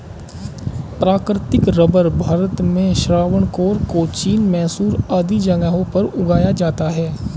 प्राकृतिक रबर भारत में त्रावणकोर, कोचीन, मैसूर आदि जगहों पर उगाया जाता है